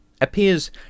appears